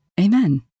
Amen